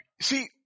See